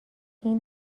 این